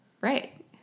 Right